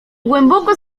głęboko